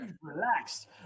Relaxed